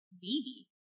baby